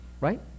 right